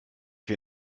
wir